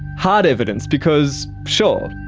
hard evidence because, sure,